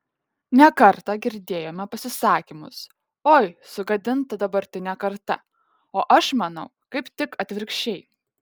ne kartą girdėjome pasisakymus oi sugadinta dabartinė karta o aš manau kaip tik atvirkščiai